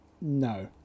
No